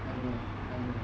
I don't know I don't know